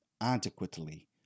adequately